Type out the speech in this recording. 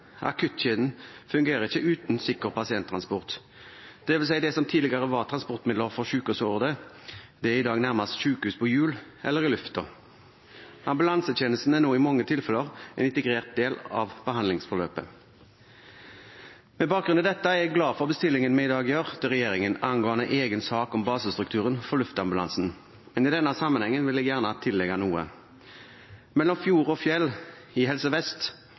Akuttkjeden fungerer ikke uten sikker pasienttransport. Det som tidligere var transportmidler for syke og sårede, er i dag nærmest sykehus på hjul eller i lufta. Ambulansetjenesten er nå i mange tilfeller en integrert del av behandlingsforløpet. Med bakgrunn i dette er jeg glad for bestillingen vi i dag gjør til regjeringen angående egen sak om basestrukturen for luftambulansen. I denne sammenhengen vil jeg gjerne legge til noe. Mellom fjorder og fjell i Helse Vest